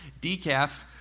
decaf